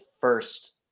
first